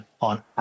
on